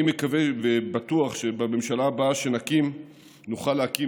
אני מקווה ובטוח שבממשלה הבאה שנקים נוכל להקים